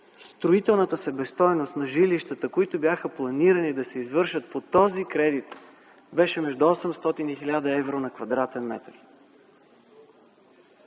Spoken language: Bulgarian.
Строителната себестойност на жилищата, които бяха планирани да се извършат по този кредит, беше между 800 и 1000 евро на квадратен метър.